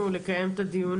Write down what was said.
על סדר-היום: